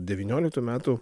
devynioliktų metų